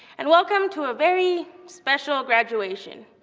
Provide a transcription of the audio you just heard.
and welcome to a very special graduation.